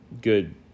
good